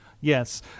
Yes